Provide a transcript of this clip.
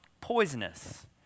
poisonous